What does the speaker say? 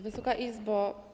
Wysoka Izbo!